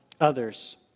others